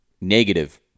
negative